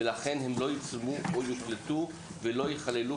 ולכן הם לא יצולמו או יוקלטו ולא יכללו